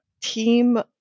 team